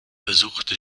besuchte